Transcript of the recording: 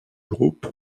groupe